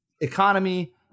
economy